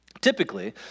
typically